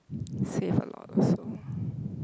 save a lot also